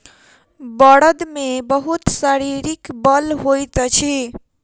बड़द मे बहुत शारीरिक बल होइत अछि